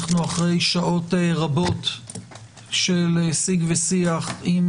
אנחנו אחרי שעות רבות של שיג ושיח עם